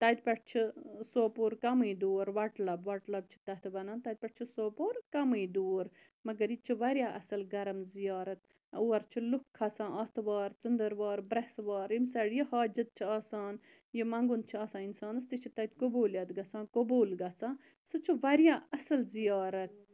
تَتہِ پیٚٹھ چھُ سوپور کمٕے دوٗر وَٹلَب وَٹلَب چھِ تتھ وَنان تَتہِ پیٚٹھ چھ سوپور کمٕے دوٗر مگر یہِ تہِ چھ واریاہ اصل گرم زِیارَت اور چھِ لُکھ کھَسان آتھوار ژٔندروار برسوار امہِ سایڈِ ییٚمِس یہِ حاجَت چھ آسان یہِ مَنگُن چھُ آسان اِنسانَس تہِ چھُ تَتہِ قبوٗلیت گَژھان قبوٗل گَژھان سُہ چھُ واریاہ اصل زِیارَت